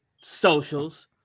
socials